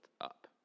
up